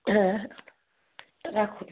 হ্যাঁ রাখুন